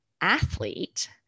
athlete